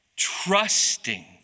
trusting